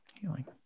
healing